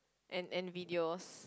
and and videos